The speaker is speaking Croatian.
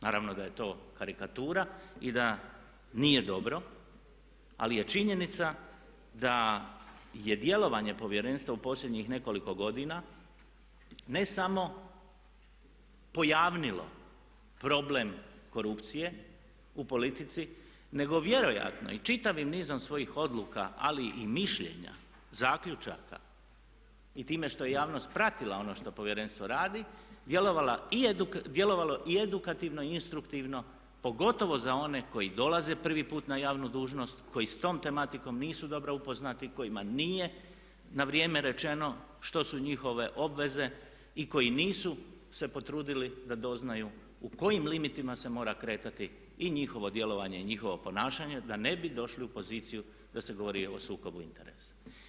Naravno da je to karikatura i da nije dobro ali je činjenica da je djelovanje Povjerenstva u posljednjih nekoliko godina ne samo pojavnilo problem korupcije u politici nego vjerojatno i čitavim nizom svojih odluka ali i mišljenja, zaključaka i time što je javnost pratila ono što Povjerenstvo radi djelovalo i edukativno i instruktivno pogotovo za one koji dolaze prvi put na javnu dužnost, koji sa tom tematikom nisu dobro upoznati, kojima nije na vrijeme rečeno što su njihove obveze i koji nisu se potrudili da doznaju u kojim limitima se mora kretati i njihovo djelovanje i njihovo ponašanje da ne bi došli u poziciju da se govori o sukobu interesa.